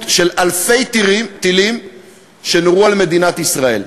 של אלפי טילים שנורו על מדינת ישראל.